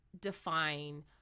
define